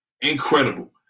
incredible